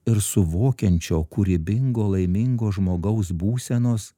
ir suvokiančio kūrybingo laimingo žmogaus būsenos